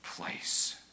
place